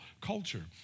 culture